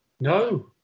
no